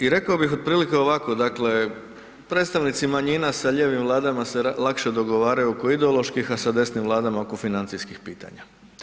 I rekao bih otprilike ovako, dakle predstavnici manjina sa lijevim Vladama se lakše dogovaraju oko ideoloških, a sa desnim Vladama oko financijskih pitanja.